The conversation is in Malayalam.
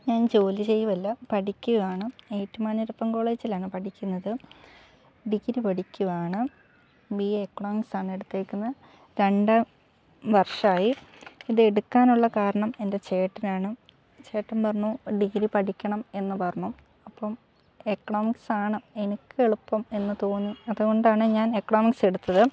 ഞാൻ ജോലി ചെയ്യുകയല്ല പഠിക്കുകയാണ് ഏറ്റുമാനൂരപ്പൻ കോളേജിലാണ് പഠിക്കുന്നത് ഡിഗ്രി പഠിക്കുകയാണ് ബി എ എക്കണോമിക്സ് ആണ് എടുത്തേക്കുന്നത് രണ്ട് വർഷമായി ഇതെടുക്കാനുള്ള കാരണം എൻ്റെ ചേട്ടനാണ് ചേട്ടൻ പറഞ്ഞു ഡിഗ്രി പഠിക്കണം എന്ന് പറഞ്ഞു അപ്പം എക്കണോമിക്സ് ആണ് എനിക്ക് എളുപ്പം എന്ന് തോന്നി അതുകൊണ്ടാണ് ഞാൻ എക്കണോമിക്സ് എടുത്തത്